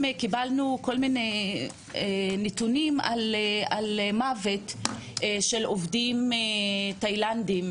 וקיבלנו כל מיני נתונים על מוות של עובדים תאילנדים,